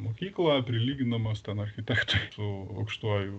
mokyklą prilyginamas ten architektui su aukštuoju